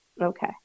Okay